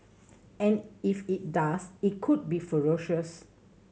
and if it does it could be ferocious